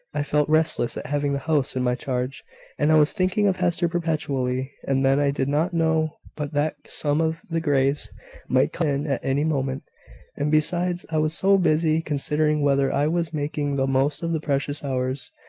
i felt restless at having the house in my charge and i was thinking of hester perpetually and then i did not know but that some of the greys might come in at any moment and besides, i was so busy considering whether i was making the most of the precious hours,